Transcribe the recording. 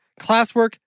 classwork